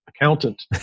accountant